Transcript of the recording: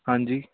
ਹਾਂਜੀ